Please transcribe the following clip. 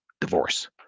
divorce